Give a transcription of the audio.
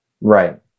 Right